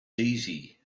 easy